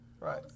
Right